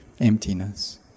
emptiness